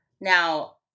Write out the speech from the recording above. Now